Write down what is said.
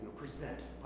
present